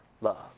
love